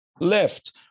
left